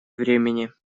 времени